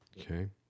Okay